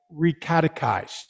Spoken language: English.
recatechized